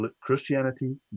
Christianity